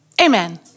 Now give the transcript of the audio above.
Amen